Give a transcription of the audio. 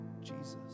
Jesus